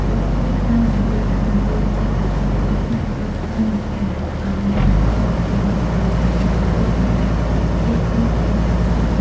ពិធីនេះបានបង្រួបបង្រួមដួងចិត្តប្រជារាស្ត្រខ្មែរគ្រប់និន្នាការ ឲ្យងាកមករក និមិត្តរូបតែមួយគត់នៃឯកភាពជាតិ គឺព្រះមហាក្សត្រ។